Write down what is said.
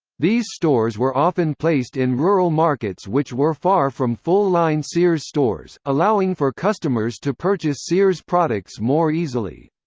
these stores were often placed in rural markets which were far from full-line sears stores, allowing for customers to purchase sears products more easily.